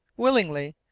willingly.